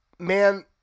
Man